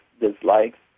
dislikes